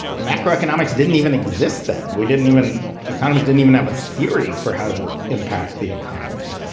macroeconomics didn't even exist then. we didn't even economies didn't even have a theory for how to impact the economy.